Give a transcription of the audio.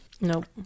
Nope